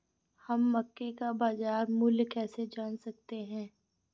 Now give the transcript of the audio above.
हम मक्के का बाजार मूल्य कैसे जान सकते हैं?